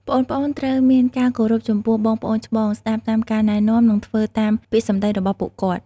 ប្អូនៗត្រូវមានការគោរពចំពោះបងប្អូនច្បង ស្ដាប់តាមការណែនាំ និងធ្វើតាមពាក្យសម្ដីរបស់ពួកគាត់។